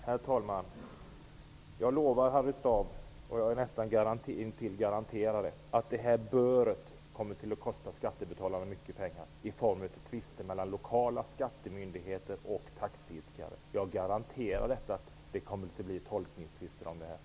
Herr talman! Jag lovar Harry Staaf att ordet bör kommer att kosta skattebetalarna mycket pengar i form av tvister mellan lokala skattemyndigheter och taxiägare. Jag garanterar att det kommer att bli tolkningstvister om detta.